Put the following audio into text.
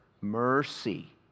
mercy